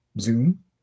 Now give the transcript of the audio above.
Zoom